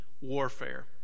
warfare